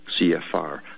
CFR